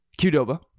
Qdoba